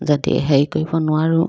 যদি হেৰি কৰিব নোৱাৰোঁ